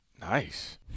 Nice